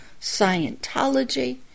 Scientology